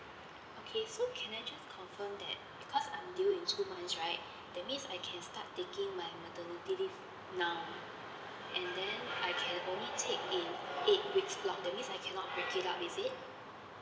okay so can I just confirm that because I'm due in two months right that means I can start taking my maternity leave now and then I can only take in eight weeks long that means I cannot break it up is it